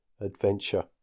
adventure